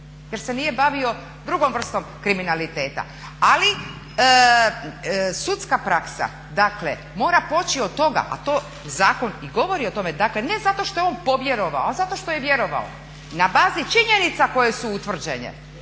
jer se nije bavio drugom vrstom kriminaliteta. Ali, sudska praksa dakle mora poći od toga, a to zakon i govori o tome, dakle ne zato što je on povjerovao, zato što je vjerovao, na bazi činjenica koje su utvrđene